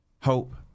hope